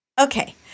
Okay